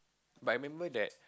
but I remember that